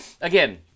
again